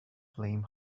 flame